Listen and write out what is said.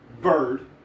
Bird